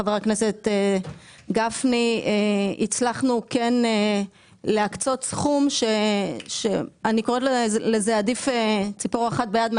חבר הכנסת גפני, להקצות סכום ולהתפשר.